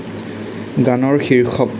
গানৰ শীৰ্ষক